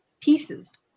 pieces